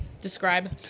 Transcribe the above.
Describe